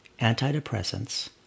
antidepressants